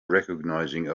recognizing